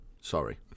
Sorry